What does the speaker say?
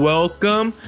Welcome